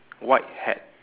white hat